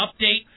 update